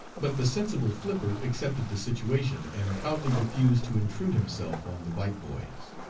but the sensible flipper accepted the situation, and proudly refused to intrude himself on the white boys.